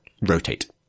rotate